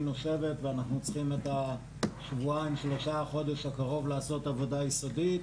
נושבת ואנחנו צריכים את השבועיים-שלושה-חודש הקרוב לעשות עבודה יסודית,